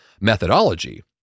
methodology